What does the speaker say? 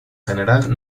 general